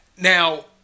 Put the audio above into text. Now